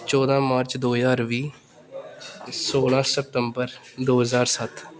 ਚੌਦਾਂ ਮਾਰਚ ਦੋ ਹਜ਼ਾਰ ਵੀਹ ਸੌਲਾਂ ਸਤੰਬਰ ਦੋ ਹਜ਼ਾਰ ਸੱਤ